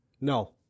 No